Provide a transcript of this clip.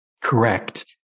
Correct